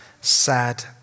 sad